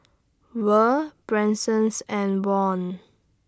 Vere Bransons and Wong